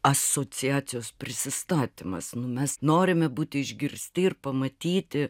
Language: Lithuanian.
asociacijos prisistatymas nu mes norime būti išgirsti ir pamatyti